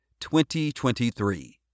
2023